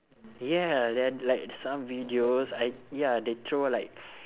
ya there are like some videos I ya they throw like